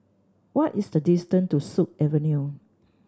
what is the distance to Sut Avenue